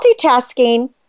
multitasking